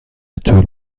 طول